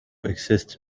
exist